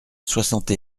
soixante